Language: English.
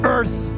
Earth